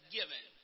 given